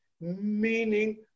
meaning